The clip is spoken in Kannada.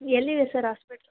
ಎಲ್ಲಿದೆ ಸರ್ ಹಾಸ್ಪೆಟ್ಲ್